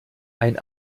ein